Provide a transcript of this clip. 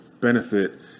Benefit